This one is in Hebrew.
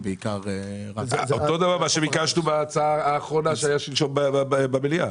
זה כמו שביקשנו בהצעה האחרונה שהייתה שלשום במליאה.